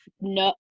no